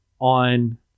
on